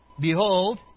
Behold